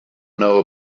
know